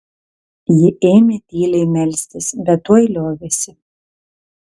ji ėmė tyliai melstis bet tuoj liovėsi